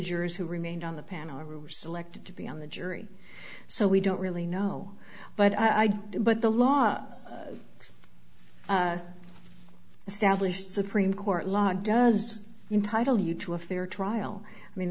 jurors who remained on the panel selected to be on the jury so we don't really know but i do but the law established supreme court law does entitle you to a fair trial i mean